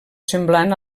semblant